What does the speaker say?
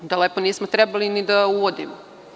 Onda lepo nismo trebali ni da uvodimo.